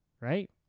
right